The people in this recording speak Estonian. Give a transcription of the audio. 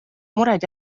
mured